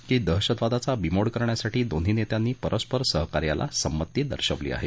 की दहशतवादाचा बिमोड करण्यासाठी दोन्ही नेत्यांनी परस्पर सहकार्याला संमती दर्शवली आहे